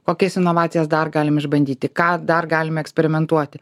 kokias inovacijas dar galim išbandyti ką dar galim eksperimentuoti